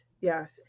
yes